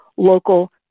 local